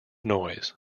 noise